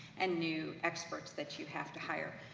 and new experts, that you have to hire.